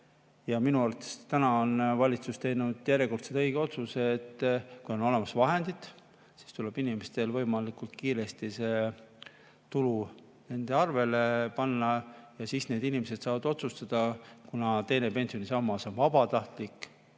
minu arvates täna on valitsus teinud järjekordselt õige otsuse, et kui on olemas vahendid, siis tuleb võimalikult kiiresti see tulu nende inimeste arvele panna ja siis need inimesed saavad otsustada, kuna teine pensionisammas on vabatahtlik,